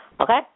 Okay